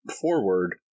forward